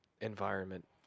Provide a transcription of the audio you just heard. environment